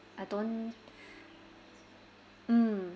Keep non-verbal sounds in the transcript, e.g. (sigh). I don't (breath) mm